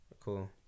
Cool